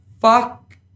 fuck